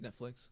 Netflix